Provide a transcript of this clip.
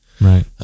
Right